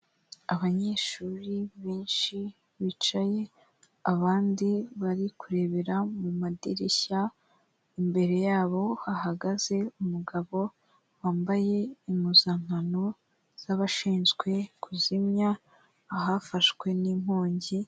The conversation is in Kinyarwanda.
Abanyeshuri benshi bicaye abandi bari kurebera mu madirishya; imbere ya bo hahagaze umugabo wambaye impuzankano z'abashinzwe kuzimya ahafashwe n'inkongi.